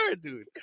dude